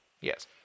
yes